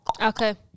Okay